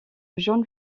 jaune